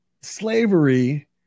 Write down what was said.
slavery